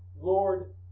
Lord